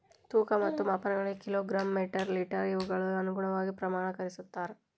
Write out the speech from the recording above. ತೂಕ ಮತ್ತು ಮಾಪನಗಳಲ್ಲಿ ಕಿಲೋ ಗ್ರಾಮ್ ಮೇಟರ್ ಲೇಟರ್ ಇವುಗಳ ಅನುಗುಣವಾಗಿ ಪ್ರಮಾಣಕರಿಸುತ್ತಾರೆ